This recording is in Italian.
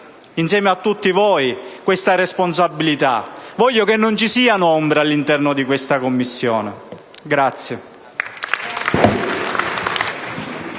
insieme a tutti voi, questa responsabilità. Voglio che non ci siano ombre all'interno di questa Commissione.